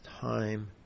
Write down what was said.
time